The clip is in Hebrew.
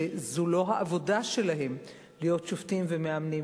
שזאת לא העבודה שלהם להיות שופטים ומאמנים,